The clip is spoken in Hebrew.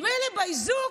כי מילא באיזוק,